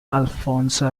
alfonso